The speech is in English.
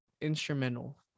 instrumental